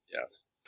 Yes